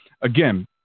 again